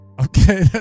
Okay